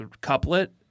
couplet